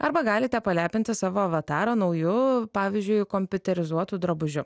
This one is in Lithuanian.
arba galite palepinti savo avatarą nauju pavyzdžiui kompiuterizuotu drabužiu